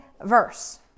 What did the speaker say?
verse